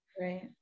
Right